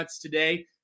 today